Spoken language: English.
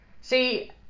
See